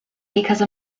because